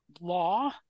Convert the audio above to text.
law